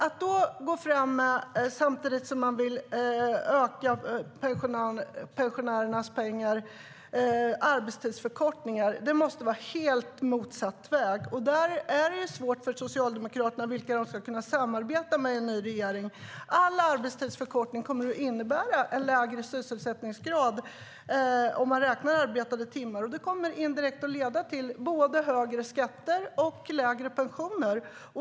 Att då samtidigt som man vill öka pensionärernas pengar gå fram med förslag om arbetstidsförkortningar är att gå helt motsatt väg. Det är svårt för Socialdemokraterna när det gäller vilka de ska kunna samarbeta med i en ny regering. All arbetstidsförkortning kommer att innebära en lägre sysselsättningsgrad om man räknar arbetade timmar. Det kommer indirekt att leda till både högre skatter och lägre pensioner.